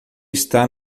está